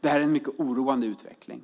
Det här är en mycket oroande utveckling.